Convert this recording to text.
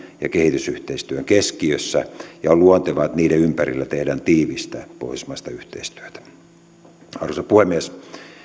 ja kehitysyhteistyön keskiössä ja on luontevaa että niiden ympärillä tehdään tiivistä pohjoismaista yhteistyötä arvoisa puhemies